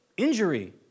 Injury